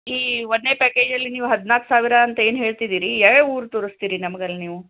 ಈ ಒಂದನೆಯ ಪ್ಯಾಕೇಜಲ್ಲಿ ನೀವು ಹದಿನಾಲ್ಕು ಸಾವಿರ ಅಂತ ಏನು ಹೇಳ್ತಿದ್ದೀರಿ ಯಾವ್ಯಾವ ಊರು ತೋರಸ್ತೀರಿ ನಮಗೆ ಅಲ್ಲಿ ನೀವು